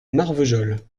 marvejols